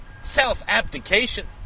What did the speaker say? self-abdication